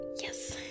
Yes